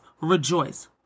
rejoice